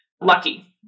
lucky